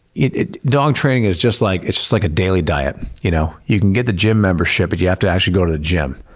dog training is just like just like a daily diet. you know you can get the gym membership, but you have to actually go to the gym.